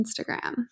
Instagram